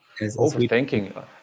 Overthinking